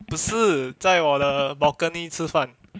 不是在我的 balcony 吃饭